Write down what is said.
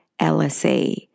LSA